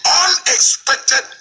unexpected